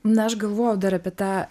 na aš galvojau dar apie tą